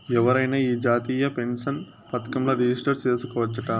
ఎవరైనా ఈ జాతీయ పెన్సన్ పదకంల రిజిస్టర్ చేసుకోవచ్చట